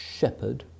shepherd